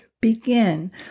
Begin